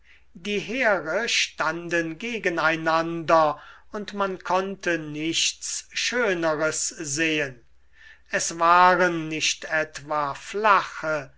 die heere standen gegen einander und man konnte nichts schöneres sehen es waren nicht etwa flache